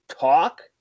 talk